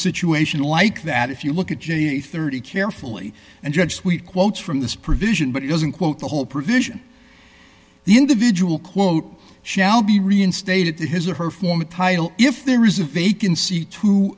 situation like that if you look at ga thirty carefully and judge sweet quotes from this provision but it doesn't quote the whole provision the individual quote shall be reinstated to his or her former title if there is a vacancy to